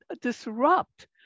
disrupt